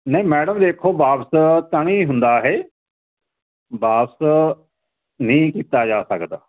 ਨਹੀਂ ਮੈਡਮ ਦੇਖੋ ਵਾਪਸ ਤਾਂ ਨੀ ਹੁੰਦਾ ਇਹ ਵਾਪਸ ਨੀ ਕੀਤਾ ਜਾ ਸਕਦਾ